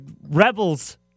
Rebels